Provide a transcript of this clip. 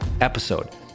episode